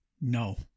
No